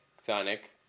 sonic